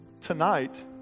tonight